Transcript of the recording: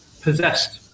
possessed